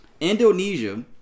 Indonesia